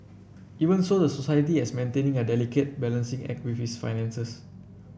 even so the society has maintaining a delicate balancing act with its finances